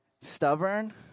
stubborn